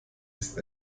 ist